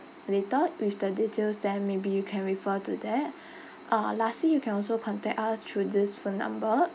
later with the details then maybe you can refer to that uh lastly you can also contact us through this phone number